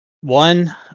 one